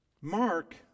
Mark